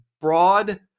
broad